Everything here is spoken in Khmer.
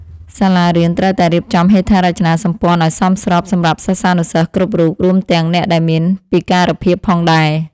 សាលារៀនត្រូវតែរៀបចំហេដ្ឋារចនាសម្ព័ន្ធឱ្យសមស្របសម្រាប់សិស្សានុសិស្សគ្រប់រូប រួមទាំងអ្នកដែលមានពិការភាពផងដែរ។